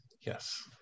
Yes